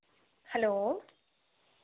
hello